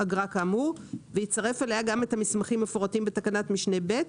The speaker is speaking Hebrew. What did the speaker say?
אגרה כאמור ויצרף אליה גם את המסמכים המפורטים בתקנת משנה (ב)